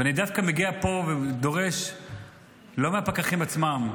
ואני דווקא מגיע לפה ודורש לא מהפקחים עצמם,